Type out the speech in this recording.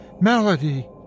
Melody